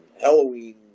Halloween